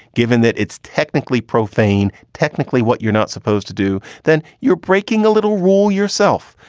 given that it's technically profane, technically what you're not supposed to do, then you're breaking a little rule yourself.